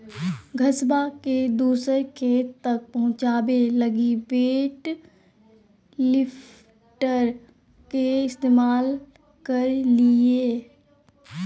घसबा के दूसर खेत तक पहुंचाबे लगी वेट लिफ्टर के इस्तेमाल करलियै